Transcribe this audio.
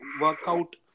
workout